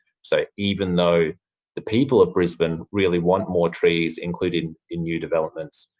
so, even though the people of brisbane really want more trees included in new developments,